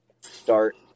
start –